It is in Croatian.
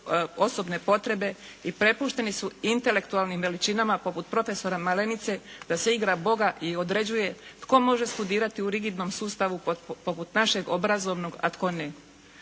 osobne potrebe i prepušteni su intelektualnim veličinama poput profesora Malenice da se igra Boga i određuje tko može studirati u rigidnom sustavu poput našeg obrazovnog a tko ne.